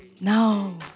No